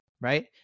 right